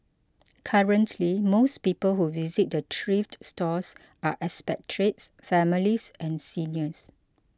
currently most people who visit the thrift stores are expatriates families and seniors